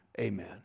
Amen